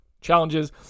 challenges